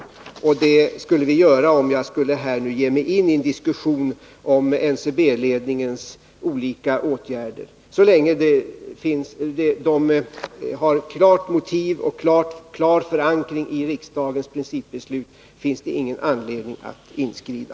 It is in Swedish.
Det skulle vi göra om jag här skulle ge mig in i en diskussion om NCB-ledningens olika åtgärder. Så länge det finns klara motiv för dessa och en klar förankring i riksdagens principbeslut finns det ingen anledning att inskrida.